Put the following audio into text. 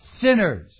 sinners